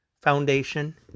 Foundation